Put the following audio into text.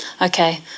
Okay